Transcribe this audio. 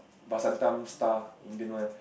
vasantham star Indian one